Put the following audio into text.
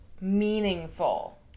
meaningful